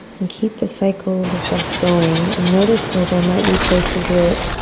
and keep the cycles of breath going and notice where there might be places where